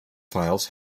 files